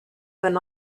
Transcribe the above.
went